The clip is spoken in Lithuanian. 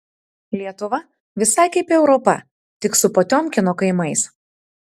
lietuva visai kaip europa tik su potiomkino kaimais